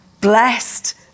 Blessed